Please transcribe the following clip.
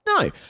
No